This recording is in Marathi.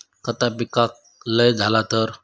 खता पिकाक लय झाला तर?